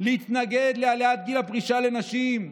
להתנגד להעלאת גיל הפרישה לנשים?